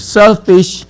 selfish